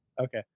Okay